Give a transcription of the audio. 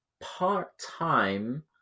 part-time